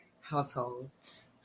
households